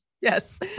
Yes